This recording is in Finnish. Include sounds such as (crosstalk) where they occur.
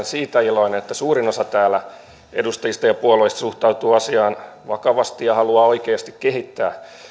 (unintelligible) siitä iloinen että suurin osa edustajista ja puolueista täällä suhtautuu asiaan vakavasti ja haluaa oikeasti kehittää